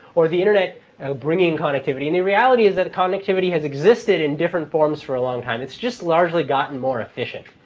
or the internet and bringing connectivity. and the reality is that connectivity has existed in different forms for a long time. it's just largely gotten more efficient.